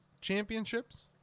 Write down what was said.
championships